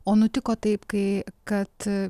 o nutiko taip kai kad